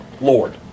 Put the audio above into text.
Lord